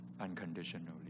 unconditionally